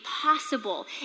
possible